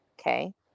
okay